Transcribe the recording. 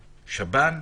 שב"ן,